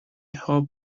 hope